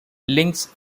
links